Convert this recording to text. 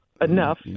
enough